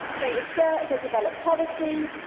they research, they develop policy,